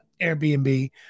Airbnb